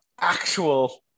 actual